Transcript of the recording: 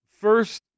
first